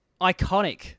iconic